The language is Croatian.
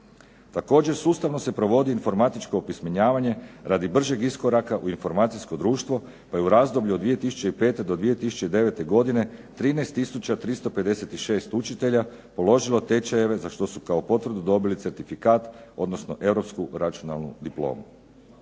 Također, sustavno se provodi informatičko opismenjivanje radi bržeg iskoraka u informacijsko društvo pa je u razdoblju od 2005. do 2009. godine 13 tisuća 356 učitelja položilo tečajeve za što su kao potvrdu dobili certifikat odnosno Europsku računalnu diplomu.